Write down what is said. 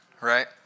right